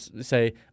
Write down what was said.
say